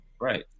Right